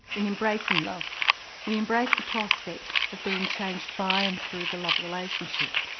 in embracing love we embrace the prospect of being changed by and through the love relationship.